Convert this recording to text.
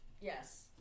Yes